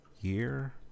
year